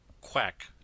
quack